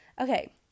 Okay